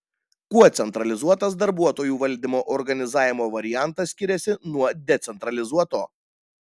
kuo centralizuotas darbuotojų valdymo organizavimo variantas skiriasi nuo decentralizuoto